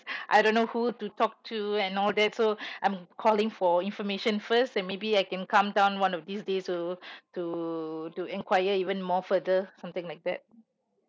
I don't know who to talk to and all that so I'm calling for information first then maybe I can come down one of these days to to to enquire even more further something like that